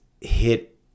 hit